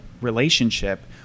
relationship